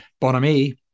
bonhomie